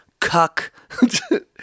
cuck